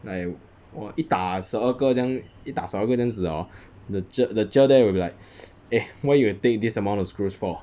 like w~ 一打十二个这样一打十二个这样子 hor the cher the cher there will be like eh why you will take this amount of screws for